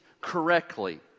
correctly